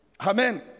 Amen